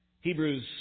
Hebrews